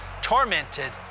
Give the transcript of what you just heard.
tormented